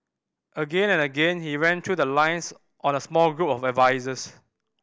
again and again he ran through the lines on a small group of advisers